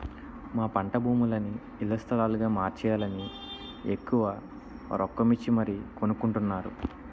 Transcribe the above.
మా పంటభూములని ఇళ్ల స్థలాలుగా మార్చేయాలని ఎక్కువ రొక్కమిచ్చి మరీ కొనుక్కొంటున్నారు